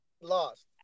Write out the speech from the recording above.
lost